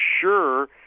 sure –